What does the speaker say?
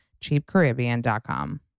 cheapcaribbean.com